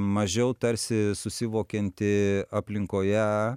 mažiau tarsi susivokianti aplinkoje